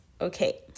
Okay